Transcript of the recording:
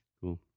cool